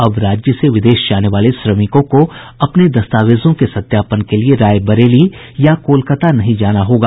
अब राज्य से विदेश जाने वाले श्रमिकों को अपने दस्तावेजों के सत्यापन के लिए रायबरेली या कोलकाता नहीं जाना होगा